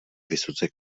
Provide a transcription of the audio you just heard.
vysoce